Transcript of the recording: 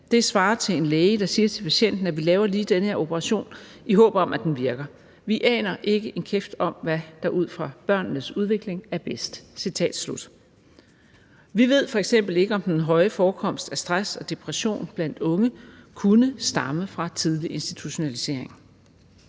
Det svarer til en læge, der siger til patienten, at vi laver lige denne her operation i håb om, at det virker. Vi aner ikke en kæft om, hvad der ud fra børnenes udvikling er bedst.« Vi ved f.eks. ikke, om den høje forekomst af stress og depression blandt unge kunne stamme fra tidlig institutionalisering.